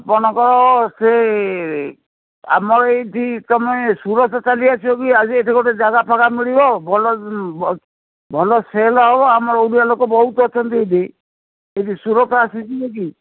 ଆପଣଙ୍କର ସେ ଆମର ଏଇଠି ତୁମେ ସୁରଟ ଚାଲି ଆସିବ କି ଆସିକି ଏଠି ଗୋଟେ ଜାଗା ଫାଗା ମିଳିବ ଭଲ ଭଲ ସେଲ୍ ହେବ ଆମର ଓଡ଼ିଆ ଲୋକ ବହୁତ ଅଛନ୍ତି ଏଇଠି ଏଇଠି ସୁରଟ ଆସିଯିବ କି